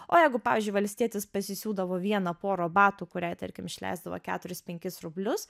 o jeigu pavyzdžiui valstietis pasisiūdavo vieną porą batų kuriai tarkim išleisdavo keturis penkis rublius